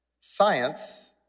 science